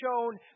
shown